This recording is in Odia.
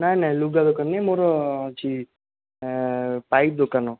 ନାଇଁ ନାଇଁ ଲୁଗା ଦୋକାନ ନାହିଁ ମୋର ଅଛି ପାଇପ୍ ଦୋକାନ